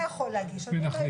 בנח"ל החרדי.